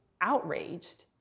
outraged